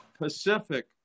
Pacific